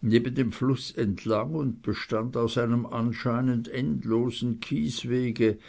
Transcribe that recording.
neben dem fluß entlang und bestand aus einem anscheinend endlosen kieswege